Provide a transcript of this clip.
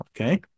Okay